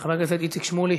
חבר הכנסת איציק שמולי,